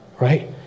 right